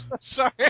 sorry